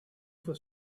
for